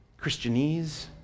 Christianese